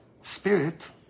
spirit